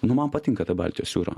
nu man patinka ta baltijos jūra